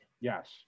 Yes